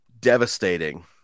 devastating